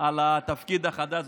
על התפקיד החדש.